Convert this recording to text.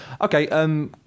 Okay